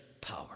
power